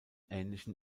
ähnlichen